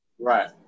Right